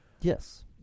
Yes